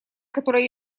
которая